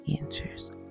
answers